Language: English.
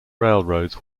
railroads